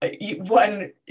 one